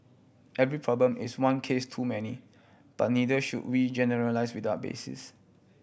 every problem is one case too many but neither should we generalise without basis